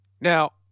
Now